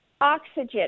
oxygen